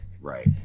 right